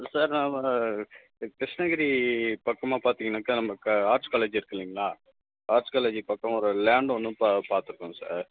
sir நான் வந்து கிருஷ்ணகிரி பக்கமாக பார்த்திங்கன்னாக்கா நமக்கு ஆர்ட்ஸ் காலேஜ் இருக்குது இல்லைங்களா ஆர்ட்ஸ் காலேஜி பக்கம் ஒரு லேண்டு ஒன்று பார்த்துருக்கோம் சார்